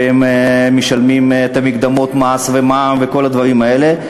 והם משלמים את מקדמות המס ומע"מ וכל הדברים האלה,